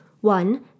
One